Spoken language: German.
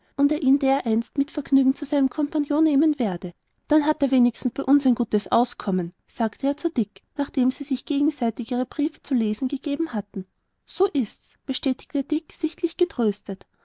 und er ihn dereinst mit vergnügen zu seinem kompagnon nehmen werde dann hat er wenigstens bei uns sein gutes auskommen sagte er zu dick nachdem sie sich gegenseitig ihre briefe zu lesen gegeben hatten so ist's bestätigte dick sichtlich getröstet